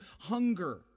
hunger